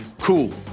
Cool